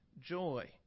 joy